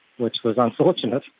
which was unfortunate.